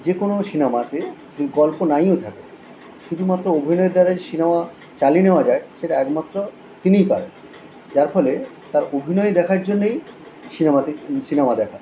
যে কোনো সিনেমাতে গল্প নাইও থাকে শুধুমাত্র অভিনয়ের দ্বারাই সিনেমা চালিয়ে নেওয়া যায় সেটা একমাত্র তিনিই পারেন যার ফলে তার অভিনয় দেখার জন্যেই সিনেমাতে সিনেমা দেখা